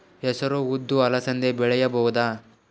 ಹೆಸರು ಉದ್ದು ಅಲಸಂದೆ ಬೆಳೆಯಬಹುದಾ?